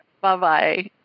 Bye-bye